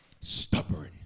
stubborn